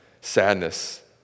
sadness